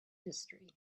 history